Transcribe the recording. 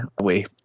away